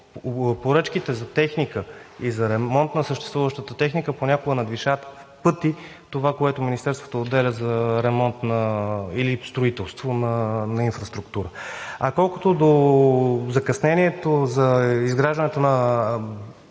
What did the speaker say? поръчките за техника и за ремонт на съществуващата техника понякога надвишават в пъти това, което Министерството отделя за ремонт или строителство на инфраструктура. А колкото до закъснението за изграждането на